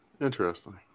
Interesting